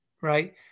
right